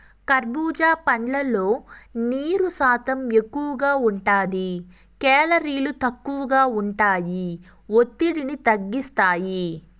కర్భూజా పండ్లల్లో నీరు శాతం ఎక్కువగా ఉంటాది, కేలరీలు తక్కువగా ఉంటాయి, ఒత్తిడిని తగ్గిస్తాయి